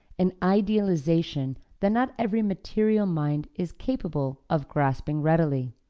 an idealization that not every material mind is capable of grasping readily.